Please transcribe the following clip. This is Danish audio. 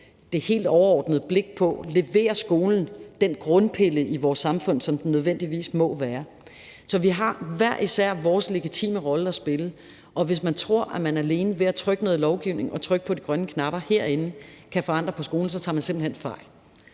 det helt overordnede blik på, om skolen leverer og er den grundpille i vores samfund, som den nødvendigvis må være. Så vi har hver især vores legitime rolle at spille. Og hvis man tror, at man alene ved at trykke noget lovgivning og trykke på de grønne knapper herinde kan forandre på skolen, tager man simpelt hen fejl.